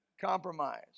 compromise